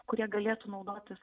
kurie galėtų naudotis